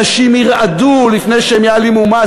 אנשים ירעדו לפני שהם יעלימו מס.